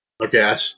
Okay